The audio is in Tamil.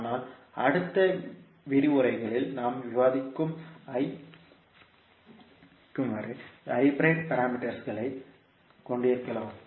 ஆனால் அடுத்த விரிவுரைகளில் நாம் விவாதிக்கும் ஐ ஹைபிரிட் பாராமீட்டர்களைக் கொண்டிருக்கலாம்